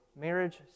marriage